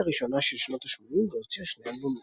הראשונה של שנות ה-80 והוציאה שני אלבומים.